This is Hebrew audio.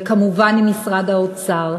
וכמובן עם משרד האוצר,